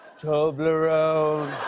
toblerone.